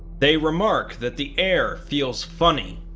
they remark that the air feels funny,